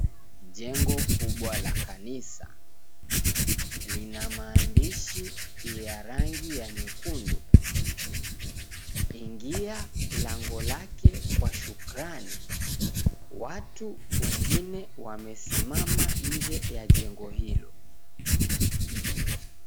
Jengo kubwa la kanisa linamaandishi ya rangi ya nyekundu "'ingia lango lake kwa shukrani". Watu wengine wamesimama inje ya jengo hilo.